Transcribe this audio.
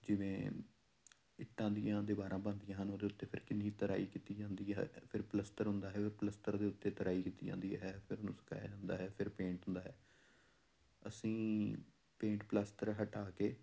ਜਿਵੇਂ ਇੱਟਾਂ ਦੀਆਂ ਦੀਵਾਰਾਂ ਬਣਦੀਆਂ ਹਨ ਉਹਦੇ ਉੱਤੇ ਫਿਰ ਕਿੰਨੀ ਤਰਾਈ ਕੀਤੀ ਜਾਂਦੀ ਹੈ ਫਿਰ ਪਲਸਤਰ ਹੁੰਦਾ ਹੈ ਉਹ ਪਲਸਤਰ ਦੇ ਉੱਤੇ ਤਰਾਈ ਕੀਤੀ ਜਾਂਦੀ ਹੈ ਫਿਰ ਉਹਨੂੰ ਸੁਕਾਇਆਂ ਜਾਂਦਾ ਹੈ ਫਿਰ ਪੇਂਟ ਹੁੰਦਾ ਹੈ ਅਸੀਂ ਪੇਂਟ ਪਲਸਤਰ ਹਟਾ ਕੇ